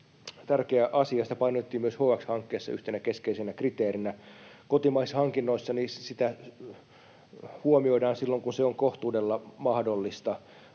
tärkeä asia. Sitä painotettiin myös HX-hankkeessa yhtenä keskeisenä kriteerinä. Kotimaisissa hankinnoissa sitä huomioidaan silloin, kun se on kohtuudella mahdollista.